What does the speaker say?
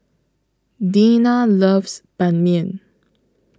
Deanna loves Ban Mian